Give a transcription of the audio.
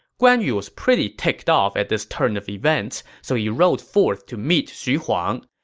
guan yu was pretty ticked off at this turn of events, so he rode forth to meet xu huang.